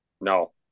No